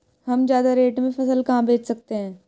हम ज्यादा रेट में फसल कहाँ बेच सकते हैं?